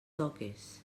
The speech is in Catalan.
toques